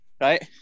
right